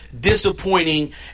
disappointing